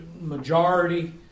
majority